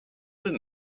eux